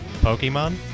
Pokemon